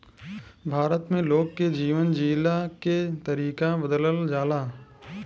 भारत में लोग के जीवन जियला के तरीका बदलल जाला